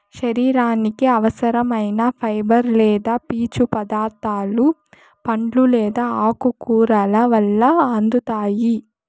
శరీరానికి అవసరం ఐన ఫైబర్ లేదా పీచు పదార్థాలు పండ్లు లేదా ఆకుకూరల వల్ల అందుతాయి